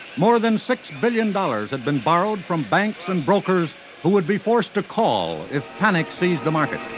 more than six billion dollars had been borrowed from banks and brokers who would be forced to call if panic seized the market.